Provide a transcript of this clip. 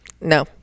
No